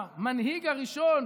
המנהיג הראשון